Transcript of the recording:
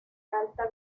alta